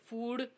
Food